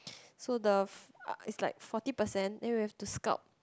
so the is like forty percent then we have to sculp